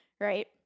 right